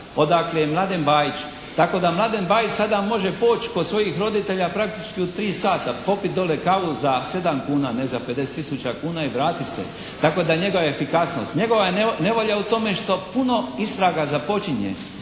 odakle je Mladen Bajić. Tako da Mladen Bajić sada može poći kod svojih roditelja praktički u tri sata. Popiti dole kavu za sedam kuna, ne za 50 tisuća kuna i vratit se. Tako da je njegova efikasnost. Njegova je nevolja u tome što puno istraga započinje,